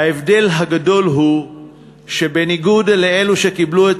ההבדל הגדול הוא שבניגוד לאלו שקיבלו את